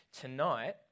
tonight